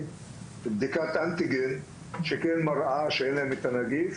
בדיקת אנטיגן שכן מראה שאין להם את הנגיף.